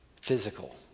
physical